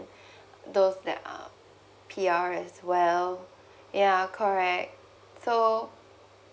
those that are P_R as well ya correct so